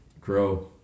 grow